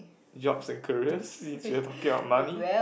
jobs and careers Shijie talking about money